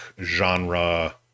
genre